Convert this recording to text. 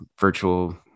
virtual